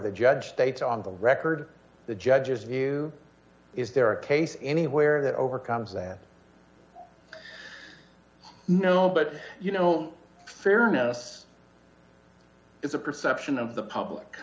the judge states on the record the judge's view is there a case anywhere that overcomes that no but you know fairness is a perception of the public